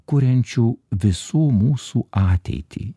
kuriančių visų mūsų ateitį